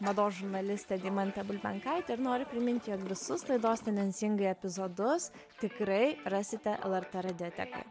mados žurnalistė deimantė bulbenkaitė ir noriu priminti jog visus laidos tendencingai epizodus tikrai rasite lrt radiotekoje